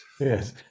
Yes